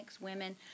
women